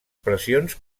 pressions